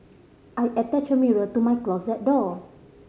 I attached a mirror to my closet door